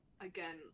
again